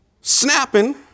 snapping